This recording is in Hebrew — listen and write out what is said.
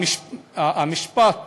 המשפט